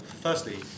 firstly